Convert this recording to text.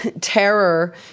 terror